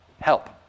help